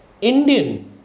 indian